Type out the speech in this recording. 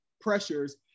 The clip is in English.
pressures